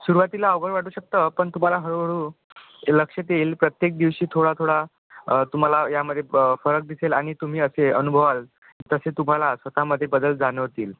सुरुवातीला अवघड वाटू शकतं पण तुम्हाला हळूहळू लक्षात येईल प्रत्येक दिवशी थोडा थोडा तुम्हाला यामध्ये फरक दिसेल आणि तुम्ही असे अनुभवाल तसे तुम्हाला स्वतःमध्ये बदल जाणवतील